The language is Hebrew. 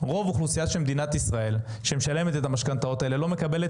רוב האוכלוסייה של מדינת ישראל שמשלמת את המשכנתאות האלה לא מקבלת